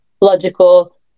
logical